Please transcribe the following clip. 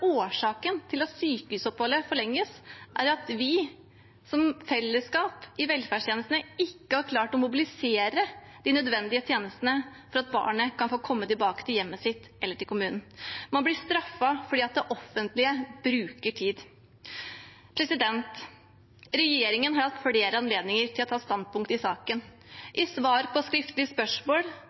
årsaken til at sykehusoppholdet forlenges, at vi som fellesskap i velferdstjenestene ikke har klart å mobilisere de nødvendige tjenestene for at barnet kan få komme tilbake til hjemmet sitt eller til kommunen. Man blir straffet fordi det offentlige bruker tid. Regjeringen har hatt flere anledninger til å ta standpunkt i saken. I svar på skriftlig spørsmål